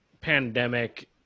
pandemic